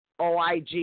OIG